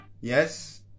yes